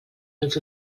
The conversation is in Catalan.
dels